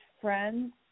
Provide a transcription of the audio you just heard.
friends